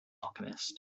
alchemist